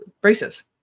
braces